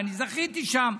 ואני זכיתי שם.